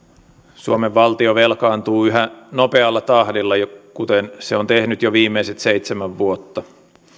suomen valtio velkaantuu yhä nopealla tahdilla kuten se on tehnyt jo viimeiset seitsemän vuotta